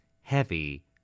heavy